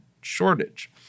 shortage